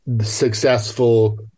successful